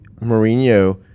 Mourinho